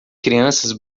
crianças